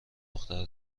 دختر